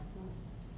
taking